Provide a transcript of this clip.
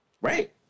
Right